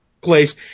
place